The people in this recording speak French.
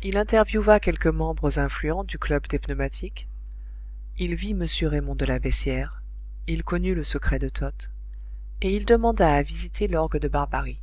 il interviewa quelques membres influents du club des pneumatiques il vit m raymond de la beyssière il connut le secret de toth et il demanda à visiter l'orgue de barbarie